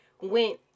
went